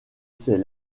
ses